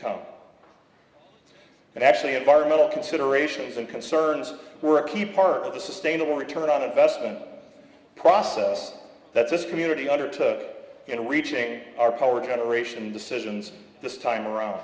come and actually environmental considerations and concerns were at the part of a sustainable return on investment process that's this community under in reaching our power generation decisions this time around